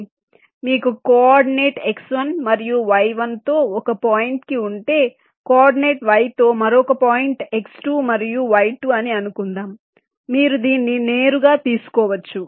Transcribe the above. మీకు coordinate x1 మరియు y1 తో ఒక పాయింట్ కి ఉంటే కోఆర్డినేట్ y తో మరొక పాయింట్ x2 మరియు y2 అని అనుకుందాం మీరు దీన్ని నేరుగా తీసుకోవచ్చు